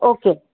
okay